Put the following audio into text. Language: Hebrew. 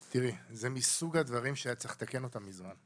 תראי, זה מסוג הדברים שהיה צריך לתקן אותם מזמן.